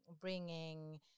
bringing